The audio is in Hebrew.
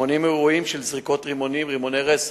80 אירועים של זריקות רימונים, רימוני רסס,